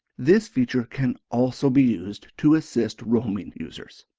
this feature can also be used to assist roaming users.